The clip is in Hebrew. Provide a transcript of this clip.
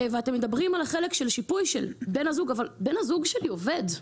אתם מדברים על החלק של שיפוי של בן הזוג אבל בן הזוג שלי עובד.